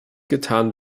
getan